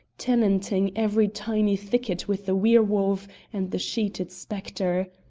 tenanting every tiny thicket with the were-wolf and the sheeted spectre.